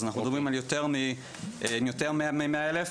אז אנחנו מדברים על יותר מ-100 אלף,